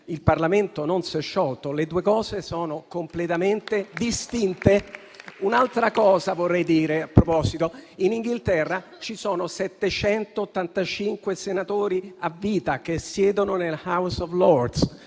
il Parlamento non si è sciolto. Le due cose sono completamente distinte. Vorrei dire ancora una cosa in proposito. In Inghilterra ci sono 785 senatori a vita che siedono nella House of Lords